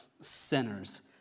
sinners